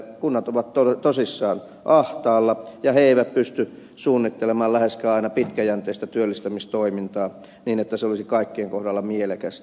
kunnat ovat tosissaan ahtaalla ja ne eivät pysty suunnittelemaan läheskään aina pitkäjänteistä työllistämistoimintaa niin että se olisi kaikkien kohdalla mielekästä